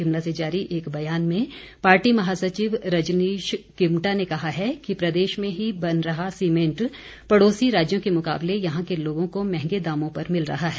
शिमला से जारी एक बयान में पार्टी महासचिव रजनीश किमटा ने कहा है कि प्रदेश में ही बन रहा सीमेंट पड़ौसी राज्यों के मुकाबले यहां के लोगों को महंगे दामों पर मिल रहा है